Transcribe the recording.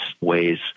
ways